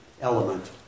element